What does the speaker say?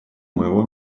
моего